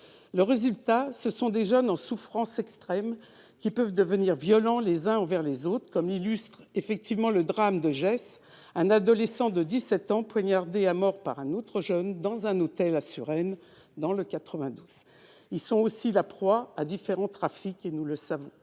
Résultat : ces jeunes, en souffrance extrême, peuvent devenir violents les uns envers les autres, comme l'illustre le drame de Jess, un adolescent de 17 ans poignardé à mort par un autre jeune dans un hôtel à Suresnes. Ces mineurs sont aussi la proie de différents trafics, nous le savons.